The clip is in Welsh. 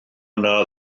yna